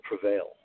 prevail